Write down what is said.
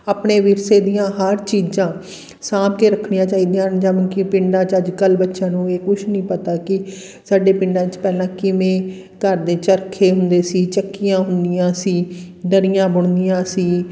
ਆਪਣੇ ਵਿਰਸੇ ਦੀਆਂ ਹਰ ਚੀਜ਼ਾਂ ਸਾਂਭ ਕੇ ਰੱਖਣੀਆਂ ਚਾਹੀਦੀਆਂ ਹਨ ਯਾਨੀ ਕਿ ਪਿੰਡਾਂ ਚ ਅੱਜ ਕੱਲ੍ਹ ਬੱਚਿਆਂ ਨੂੰ ਇਹ ਕੁਛ ਨਹੀਂ ਪਤਾ ਕਿ ਸਾਡੇ ਪਿੰਡਾਂ 'ਚ ਪਹਿਲਾਂ ਕਿਵੇਂ ਘਰ ਦੇ ਚਰਖੇ ਹੁੰਦੇ ਸੀ ਚੱਕੀਆਂ ਹੁੰਦੀਆਂ ਸੀ ਦਰੀਆਂ ਬੁਣਨੀਆਂ ਸੀ